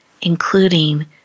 including